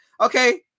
okay